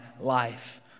life